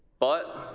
but